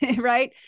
right